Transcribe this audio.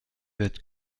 that